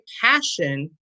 passion